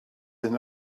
and